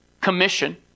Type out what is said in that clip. commission